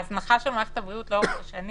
ההזנחה של מערכת הבריאות לאורך השנים